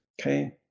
Okay